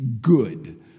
good